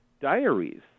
diaries